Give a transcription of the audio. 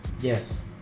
yes